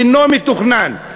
אינו מתוכנן.